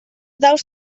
daus